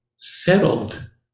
settled